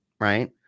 Right